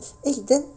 eh then